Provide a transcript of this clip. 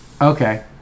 Okay